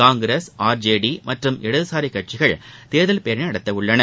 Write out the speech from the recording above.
Congress R J D மற்றும் இடதுசாரி கட்சிகள் தேர்தல் பேரணி நடத்தவுள்ளன